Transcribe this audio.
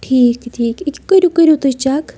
ٹھیٖک ٹھیٖک أکیٛاہ کٔرِو کٔرِو تُہۍ چَک